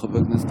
חבר הכנסת